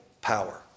power